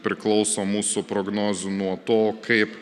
priklauso mūsų prognozių nuo to kaip